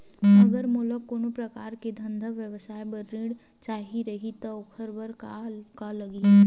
अगर मोला कोनो प्रकार के धंधा व्यवसाय पर ऋण चाही रहि त ओखर बर का का लगही?